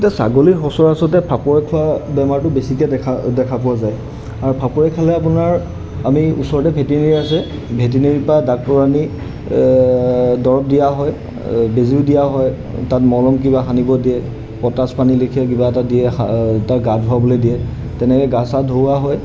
এতিয়া ছাগলীৰ সচৰাচৰতে ফাপৰে খোৱা বেমাৰটো বেছিকৈ দেখা দেখা পোৱা যায় আৰু ফাপৰে খালে আপোনাৰ আমি ওচৰতে ভেটেৰিনেৰী আছে ভেটেৰিনেৰীৰ পৰা ডাক্তৰ আনি দৰৱ দিয়া হয় বেজিও দিয়া হয় তাত মলম কিবা সানিব দিয়ে পটাছ পানীৰ লেখীয়া কিবা এটা দিয়ে সা তাৰ গা ধুৱাবলৈ দিয়ে তেনেকৈ গা চা ধুওৱা হয়